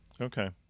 Okay